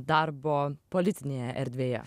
darbo politinėje erdvėje